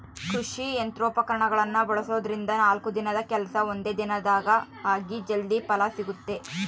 ಕೃಷಿ ಯಂತ್ರೋಪಕರಣಗಳನ್ನ ಬಳಸೋದ್ರಿಂದ ನಾಲ್ಕು ದಿನದ ಕೆಲ್ಸ ಒಂದೇ ದಿನದಾಗ ಆಗಿ ಜಲ್ದಿ ಫಲ ಸಿಗುತ್ತೆ